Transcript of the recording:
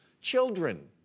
children